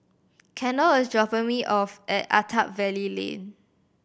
Kendal is dropping me off at Attap Valley Lane